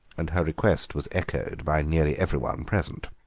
and her request was echoed by nearly everyone present.